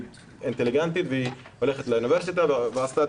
אינטליגנטית והולכת לאוניברסיטה ויש לה את